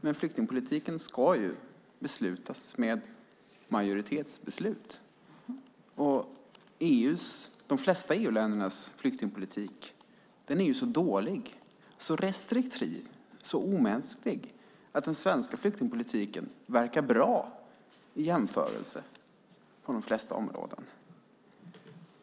Men flyktingpolitiken ska ju beslutas med majoritetsbeslut, och de flesta EU-länders flyktingpolitik är så dålig, så restriktiv och så omänsklig att den svenska flyktingpolitiken verkar bra i jämförelse på de flesta områden.